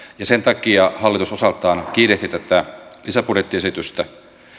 ja sen takia hallitus osaltaan kiirehti tätä lisäbudjettiesitystä